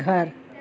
घर